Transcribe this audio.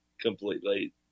completely